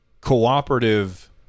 cooperative